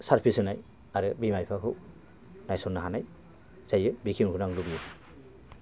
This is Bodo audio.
सारभिस होनाय आरो बिमा बिफाखौ नायसननो हानाय जायो बेखिनिखौनो आं लुबैयो